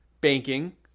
banking